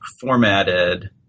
formatted